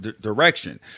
direction